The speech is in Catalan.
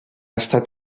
estat